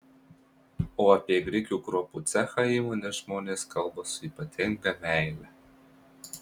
o apie grikių kruopų cechą įmonės žmonės kalba su ypatinga meile